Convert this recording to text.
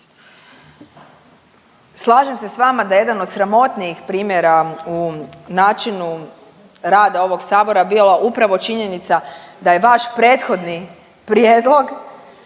Slažem se s vama da je jedan od sramotnijih primjera u načinu rada ovog Sabora bila upravo činjenica da je vaš prethodni prijedlog